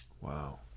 Wow